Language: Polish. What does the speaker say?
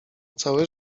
całe